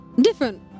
different